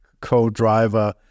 co-driver